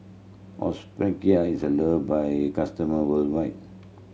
Hospicare is loved by it customer worldwide